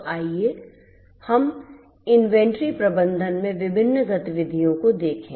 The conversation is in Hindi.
तो आइए हम इन्वेंट्री प्रबंधन में विभिन्न गतिविधियों को देखें